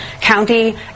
county